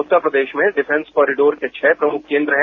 उत्तर प्रदेश में defence corridor के छह प्रमुख केन्द्र हैं